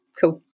cool